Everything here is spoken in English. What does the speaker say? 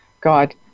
God